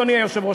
אדוני היושב-ראש?